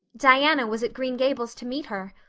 diana was at green gables to meet her.